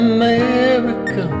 America